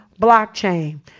blockchain